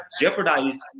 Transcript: jeopardized